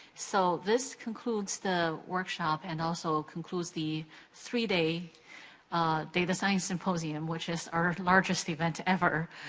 so, this concludes the workshop and also concludes the three-day data science symposium, which is our largest event ever.